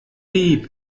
dieb